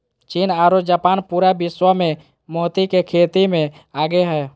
चीन आरो जापान पूरा विश्व मे मोती के खेती मे आगे हय